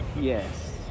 yes